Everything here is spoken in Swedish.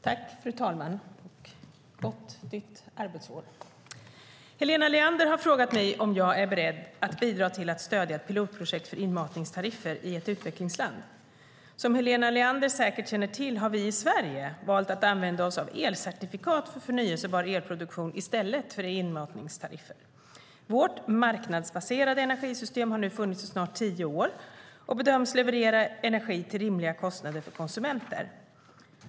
Fru talman! Gott nytt arbetsår! Helena Leander har frågat mig om jag är beredd att bidra till att stödja ett pilotprojekt för inmatningstariffer i ett utvecklingsland. Som Helena Leander säkert känner till har vi i Sverige valt att använda oss av elcertifikat för förnybar elproduktion i stället för inmatningstariffer. Vårt marknadsbaserade energisystem har nu funnits i snart tio år och bedöms leverera energi till rimliga kostnader för konsumenter.